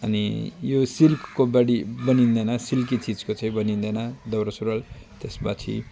अनि यो सिल्कको बढी बनिँदैन सिल्की चिजको चाहिँ बनिँदैन दौरा सुरुवाल त्यस पछि